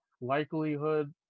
likelihood